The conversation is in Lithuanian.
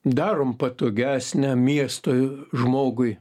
darom patogesnę miesto žmogui